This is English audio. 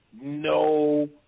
No